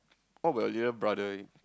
what about your little brother